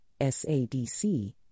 SADC